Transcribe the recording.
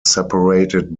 separated